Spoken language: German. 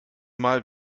mal